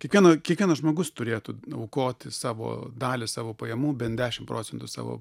kiekvieno kiekvienas žmogus turėtų aukoti savo dalį savo pajamų bent dešim procentų savo